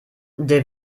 der